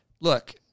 Look